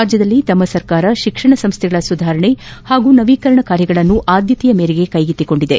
ರಾಜ್ಞದಲ್ಲಿ ತಮ್ಮ ಸರ್ಕಾರ ಶಿಕ್ಷಣ ಸಂಸ್ಥೆಗಳ ಸುಧಾರಣೆ ಹಾಗೂ ನವೀಕರಣ ಕಾರ್ಯಗಳನ್ನು ಆದ್ದತೆಯ ಮೇರೆಗೆ ಕೈಗೆತ್ತಿಕೊಂಡಿದೆ